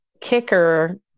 kicker